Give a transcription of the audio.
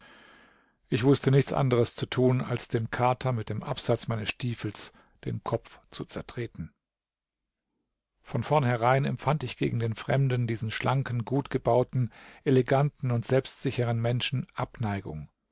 ich wußte nichts anderes zu tun als dem kater mit dem absatz meines stiefels den kopf zu zertreten von vornherein empfand ich gegen den fremden diesen schlanken gutgebauten eleganten und selbstsicheren menschen abneigung